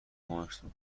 کمکتون